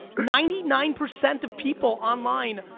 ninety nine percent of people online,